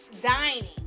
dining